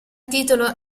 titolo